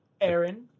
Aaron